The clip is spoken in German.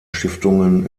stiftungen